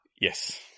Yes